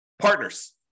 partners